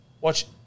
Watch